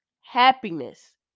happiness